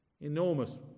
enormous